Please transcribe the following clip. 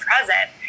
present